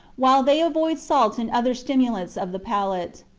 while they avoid salt and other stimulants of the palate.